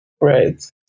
Right